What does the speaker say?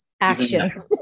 action